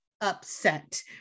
upset